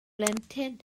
blentyn